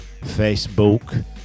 Facebook